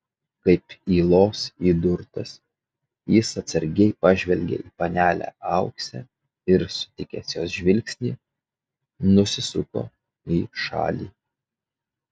kaip ylos įdurtas jis atsargiai pažvelgė į panelę auksę ir sutikęs jos žvilgsnį nusisuko į šalį